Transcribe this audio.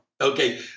okay